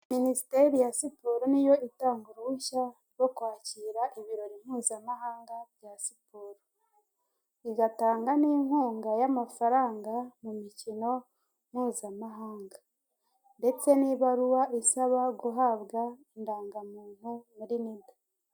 Minisiteri ya siporo niyo itanga uruhushya rwo kwakira ibirori mpuzamahanga bya siporo. Igatanga n' inkunga y'amafaranga mu mikimo mpuzamahanga, ndetse n'ibaruwa isaba guhabwa indangamuntu muri nida.